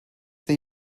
they